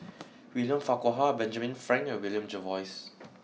William Farquhar Benjamin Frank and William Jervois